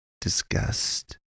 Disgust